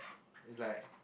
is like